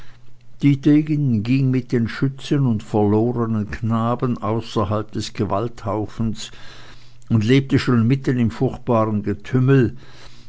dietegen ging mit den schützen und verlorenen knaben außerhalb des gewalthaufens und lebte schon mitten im furchtbaren getümmel